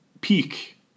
peak